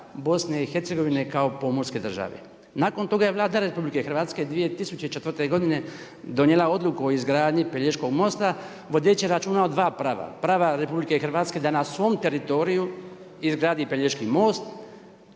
BiH kao pomorske države. Nakon toga je Vlada RH 2004. godine donijela odluku o izgradnji Pelješkog mosta vodeći računa o dva prava. Prava RH da na svom teritoriju izgradi Pelješki most